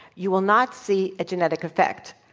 you will not see a genetic effect.